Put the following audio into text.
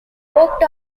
worked